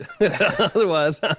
Otherwise